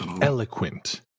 eloquent